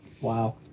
Wow